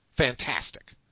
fantastic